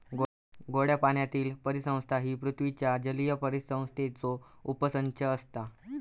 गोड्या पाण्यातीली परिसंस्था ही पृथ्वीच्या जलीय परिसंस्थेचो उपसंच असता